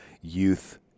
youth